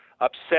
upset